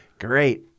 great